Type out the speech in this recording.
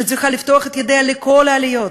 שצריכה לפתוח את ידיה לכל העליות,